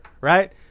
right